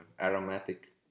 aromatic